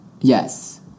Yes